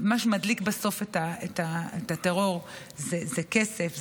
מה שמדליק בסוף את הטרור זה כסף,